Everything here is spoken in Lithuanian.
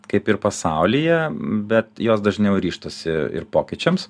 kaip ir pasaulyje bet jos dažniau ryžtasi ir pokyčiams